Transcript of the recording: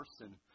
person